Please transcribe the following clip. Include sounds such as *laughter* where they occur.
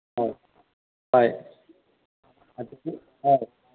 ꯑꯧ *unintelligible*